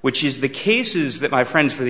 which is the cases that my friends for the